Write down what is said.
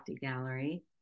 Gallery